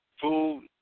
Food